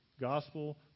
Gospel